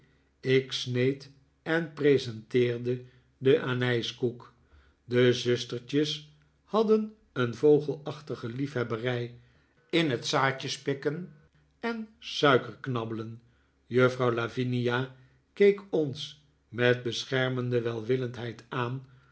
ik sneed en presehteerde den anijskoek de zustertjes hadden een vogelachtige liefhebberij in het zaadjespikken en suiker knabbelen juffrouw lavinia keek ons met beschermende welwillendheid aan